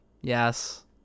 yes